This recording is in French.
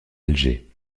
alger